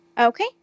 Okay